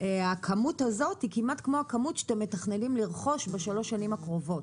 הכמות הזו היא כמעט כמו הכמות שאתם מתכננים לרכוש בשלוש השנים הקרובות.